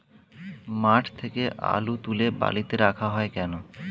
মাঠ থেকে আলু তুলে বালিতে রাখা হয় কেন?